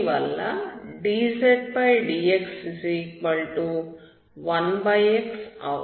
దీని వల్ల dzdx1x అవుతుంది